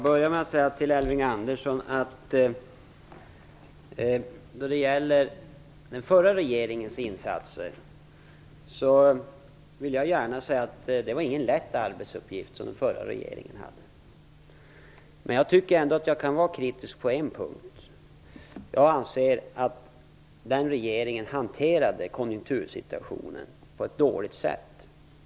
Herr talman! När det gäller den förra regeringens insatser vill jag börja med att säga till Elving Andersson att den förra regeringen inte hade någon lätt arbetsuppgift. Men jag tycker ändå att jag kan vara kritisk på en punkt. Jag anser nämligen att den regeringen hanterade konjunktursituationen på ett dåligt sätt.